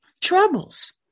troubles